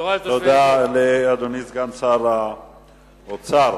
תודה לאדוני סגן שר האוצר.